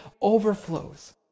overflows